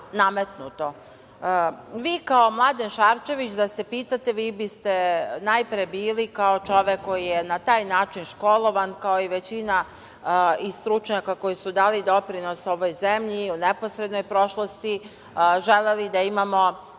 Vi kao Mladen Šarčević da se pitate, vi biste najpre bili kao čovek koji je na taj način školovan, kao i većina stručnjaka koji su dali doprinos ovoj zemlji u neposrednoj prošlosti, želeli da imamo